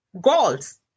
goals